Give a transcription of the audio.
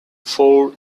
four